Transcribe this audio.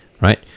right